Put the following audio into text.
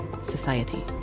society